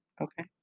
Okay